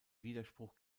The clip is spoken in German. widerspruch